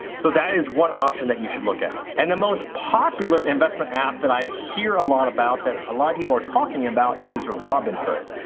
so that is one option that you look at. and the most popular investment app that i hear a lot about that a lot of people are talking about is robinhood.